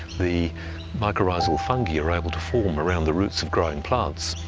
the mycorrhizal fungi are able to form around the roots of growing plants,